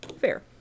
fair